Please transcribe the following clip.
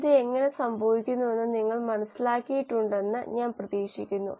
ഇത് എങ്ങനെ സംഭവിക്കുന്നുവെന്ന് നിങ്ങൾ മനസ്സിലാക്കിയിട്ടുണ്ടെന്ന് ഞാൻ പ്രതീക്ഷിക്കുന്നു